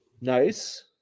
Nice